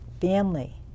family